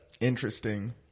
Interesting